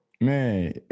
Man